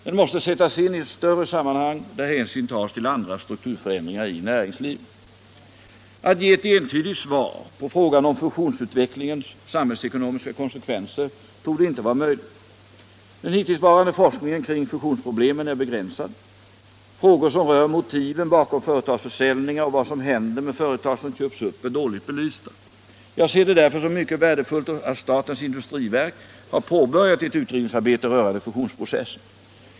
Den måste sättas in i ett större sammanhang där hänsyn tas till andra strukturförändringar i näringslivet. Att ge ett entydigt svar på frågan om fusionsutvecklingens samhällsekonomiska konsekvenser torde inte vara möjligt. Den hittillsvarande forskningen kring fusionsproblemen är begränsad. Frågor som rör motiven bakom företagsförsäljningar och vad som händer med företag som köps upp är dåligt belysta. Jag ser det därför som mycket värdefullt att statens industriverk har påbörjat ett utredningsarbete rörande fusionsprocessen.